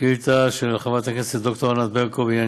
שאילתה של חברת הכנסת ד"ר ענת ברקו בעניין